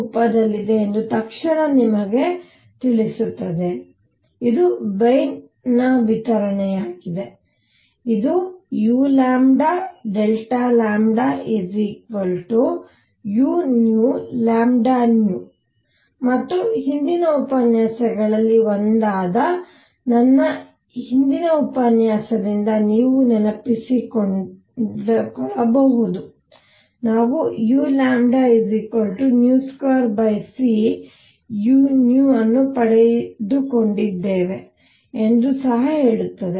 ರೂಪದಲ್ಲಿದೆ ಎಂದು ತಕ್ಷಣ ನಿಮಗೆ ತಿಳಿಸುತ್ತದೆ ಇದು ವೀನ್ನ ವಿತರಣೆಯಾಗಿದೆ ಇದು uu ಮತ್ತು ಹಿಂದಿನ ಉಪನ್ಯಾಸಗಳಲ್ಲಿ ಒಂದಾದ ನನ್ನ ಹಿಂದಿನ ಉಪನ್ಯಾಸದಿಂದ ನೀವು ನೆನಪಿಸಿಕೊಂಡರೆ ನಾವುu2cu ಅನ್ನು ಪಡೆದುಕೊಂಡಿದ್ದೇವೆ ಎಂದು ಸಹ ಹೇಳುತ್ತದೆ